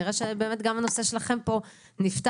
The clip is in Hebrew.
נראה שבאמת גם הנושא שלכם פה נפתר